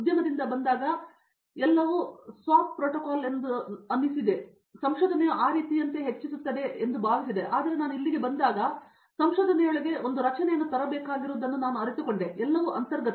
ಉದ್ಯಮದಿಂದ ಬಂದಾಗ ಎಲ್ಲವೂ ಪ್ರೊಟೋಕಾಲ್ಗೆ SOP ಎಂದು ನಾನು ಹೇಳಿದಂತೆ ಸಂಶೋಧನೆಯು ಆ ರೀತಿಯಂತೆ ಹೆಚ್ಚಿಸುತ್ತದೆ ಎಂದು ಭಾವಿಸಿದೆ ಆದರೆ ನಾನು ಇಲ್ಲಿಗೆ ಬಂದಾಗ ಸಂಶೋಧನೆಯೊಳಗೆ ನೀವು ರಚನೆಯನ್ನು ತರಬೇಕಾಗಿರುವುದನ್ನು ನಾನು ಅರಿತುಕೊಂಡೆ ಅದು ಎಲ್ಲಲ್ಲ ಅಂತರ್ಗತ